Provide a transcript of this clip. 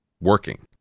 working